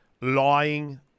lying